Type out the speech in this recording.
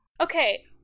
Okay